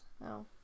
No